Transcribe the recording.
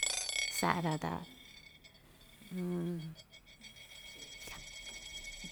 Sa'a‑ra ta.